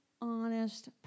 honest